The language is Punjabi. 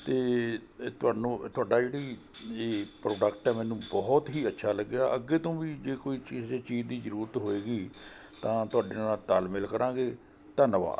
ਅਤੇ ਇਹ ਤੁਹਾਨੂੰ ਤੁਹਾਡਾ ਜਿਹੜੀ ਇਹ ਪ੍ਰੋਡਕਟ ਹੈ ਮੈਨੂੰ ਬਹੁਤ ਹੀ ਅੱਛਾ ਲੱਗਿਆ ਅੱਗੇ ਤੋਂ ਵੀ ਜੇ ਕੋਈ ਕਿਸੇ ਚੀਜ਼ ਦੀ ਜ਼ਰੂਰਤ ਹੋਵੇਗੀ ਤਾਂ ਤੁਹਾਡੇ ਨਾਲ਼ ਤਾਲਮੇਲ ਕਰਾਂਗੇ ਧੰਨਵਾਦ